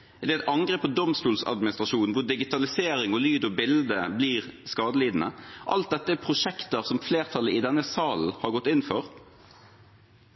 er store kutt i IKT-sikkerhet, det er et angrep på Domstoladministrasjonen, hvor digitalisering av lyd og bilde blir skadelidende – alt dette er prosjekter som flertallet i denne salen har gått inn for.